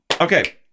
okay